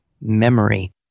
memory